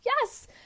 yes